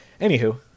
anywho